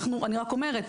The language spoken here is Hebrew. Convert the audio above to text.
אני רק אומרת,